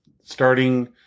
starting